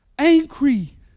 angry